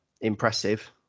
impressive